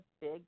big